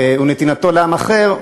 ונתינתו לעם אחר,